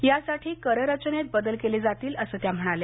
यासाठी कर रचनेत बदल केले जातील असं त्या म्हणाल्या